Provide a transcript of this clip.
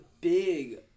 big